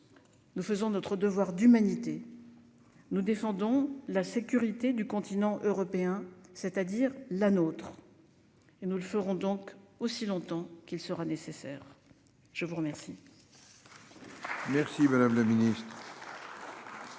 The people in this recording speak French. nous marquons notre devoir d'humanité, nous défendons la sécurité du continent européen, c'est-à-dire la nôtre. Nous le ferons donc aussi longtemps qu'il sera nécessaire. La parole